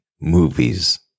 movies